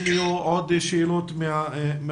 אם יהיו עוד שאלות מהמשתתפים.